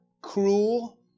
cruel